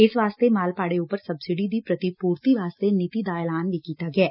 ਇਸ ਵਾਸਤੇ ਮਾਲ ਭਾੜੇ ਉਪਰ ਸਬਸਿਡੀ ਦੀ ਪ੍ਰਤੀਪੁਰਤੀ ਵਾਸਤੇ ਨੀਡੀ ਦਾ ਐਲਾਨ ਕੀਤਾ ਗਿਐ